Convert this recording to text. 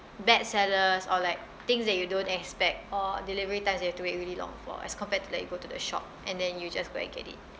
bad sellers or like things that you don't expect or delivery times you have to wait really long for as compared to like you go to the shop and then you just go and get it